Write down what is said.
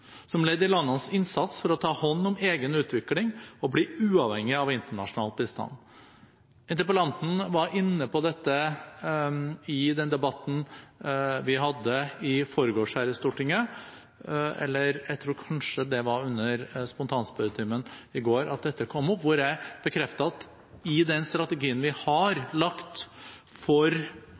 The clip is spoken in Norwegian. som ledd i landenes innsats for å ta hånd om egen utvikling og bli uavhengig av internasjonal bistand. Interpellanten var inne på dette i den debatten vi hadde her i Stortinget – jeg tror det var under spontanspørretimen i går at dette kom opp – hvor jeg bekreftet at i den strategien vi har lagt for